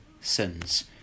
sins